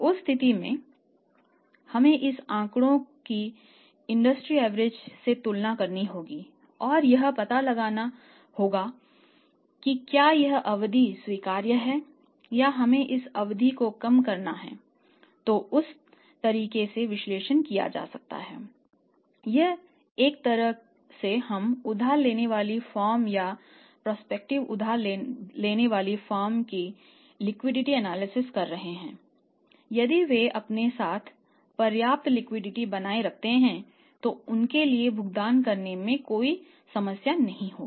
उस स्थिति में हमें इस आंकड़े की इंडस्ट्री एवरेज बनाए रखते हैं तो उनके लिए भुगतान करने में कोई समस्या नहीं होगी